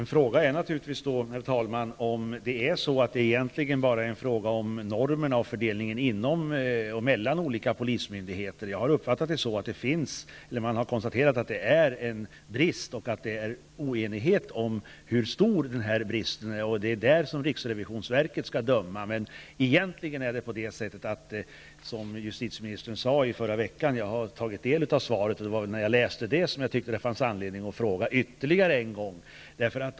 Herr talman! Är det bara en fråga om normerna och fördelningen inom och mellan olika polismyndigheter? Jag har uppfattat det så, att man har konstaterat en brist, att det är oenighet om hur stor den bristen är och att det är där som riksrevisionsverket skall döma. Jag har tagit del av svaret från förra veckan. Det var när jag läste det, som jag tyckte att det fanns anledning att fråga ytterligare en gång.